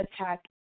attack